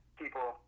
people